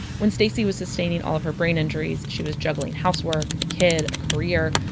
when stacie was sustaining all of her brain injuries, she was juggling housework, a kid a career,